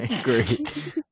great